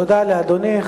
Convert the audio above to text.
תודה לאדוני.